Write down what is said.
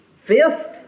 Fifth